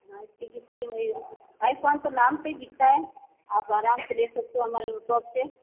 हाँ इसकी किस्त की आईफोन तो नाम से बिकता है आप आराम से ले सकते हो हमारे शॉप से